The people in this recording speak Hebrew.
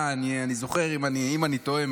אם אני טועה,